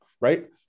right